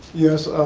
yes,